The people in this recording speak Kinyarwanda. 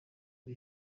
ari